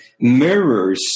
mirrors